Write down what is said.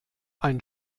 ein